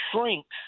shrinks